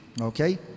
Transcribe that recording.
okay